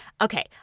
Okay